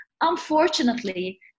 unfortunately